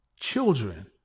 children